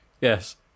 Yes